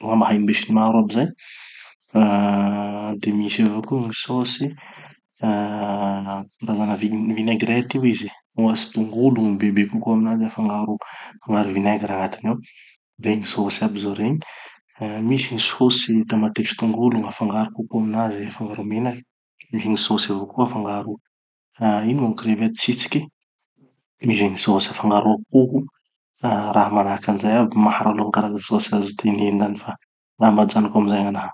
angamba hain'ny be sy ny maro aby zay. Ah, de misy avao koa gny sauces ah a base-na vine- vinaigrettes io izy, ohatsy tongolo gny bebe kokoa aminazy afangaro afangaro vinaigre agnatiny ao. Regny sauce aby zao regny. Misy gny sauce tamatesy tongolo gn'afangaro kokoa aminazy, afangaro menaky. Misy sauce avao koa afangaro, ah ino, crevettes tsitsiky, misy gny sauce afangaro akoho, raha manahaky anizay aby. Maro aloha gny karaza sauces azo teneny zany fa angamba ajanoko amizay gn'anaha.